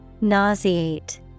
Nauseate